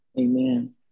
Amen